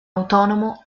autonomo